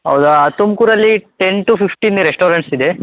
ಹೌದಾ ತುಮಕೂರಲ್ಲಿ ten to ಫಿಫ್ಟೀನೆ ರೆಸ್ಟೋರೆಂಟ್ಸ್ ಇದೆ